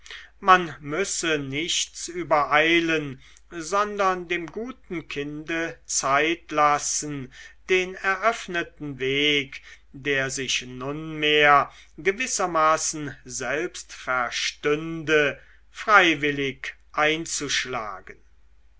man müsse nichts übereilen sondern dem guten kinde zeit lassen den eröffneten weg der sich nunmehr gewissermaßen selbst verstünde freiwillig einzuschlagen